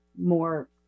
more